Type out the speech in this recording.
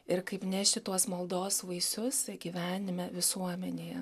ir kaip nešti tuos maldos vaisius gyvenime visuomenėje